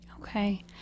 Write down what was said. Okay